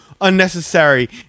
unnecessary